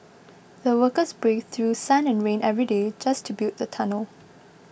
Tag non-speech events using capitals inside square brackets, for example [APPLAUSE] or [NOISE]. the workers braved through sun and rain every day just to build the tunnel [NOISE]